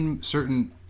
certain